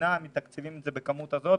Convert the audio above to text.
מתקצבים את זה כמדינה בסכום הזה?